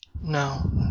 No